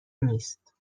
نیست